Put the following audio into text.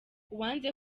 uwanze